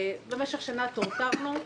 במשך שנה טורטרנו.